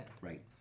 Right